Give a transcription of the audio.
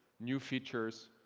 new features,